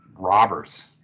robbers